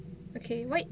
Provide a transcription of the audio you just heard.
okay [what]